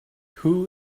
who